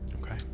Okay